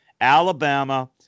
Alabama